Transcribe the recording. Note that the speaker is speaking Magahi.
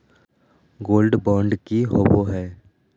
गोल्ड बॉन्ड की होबो है?